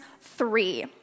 three